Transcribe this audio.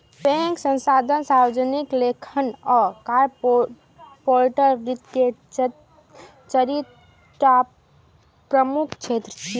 bank, संस्थान, सार्वजनिक लेखांकन आ कॉरपोरेट वित्त के चारि टा प्रमुख क्षेत्र छियै